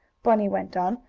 bunny went on.